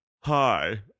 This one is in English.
hi